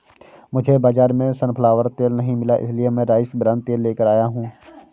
मुझे बाजार में सनफ्लावर तेल नहीं मिला इसलिए मैं राइस ब्रान तेल लेकर आया हूं